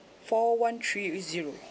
four one three zero